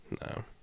No